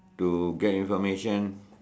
to get information